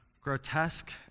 grotesque